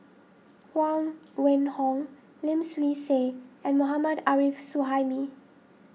Huang Wenhong Lim Swee Say and Mohammad Arif Suhaimi